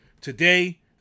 Today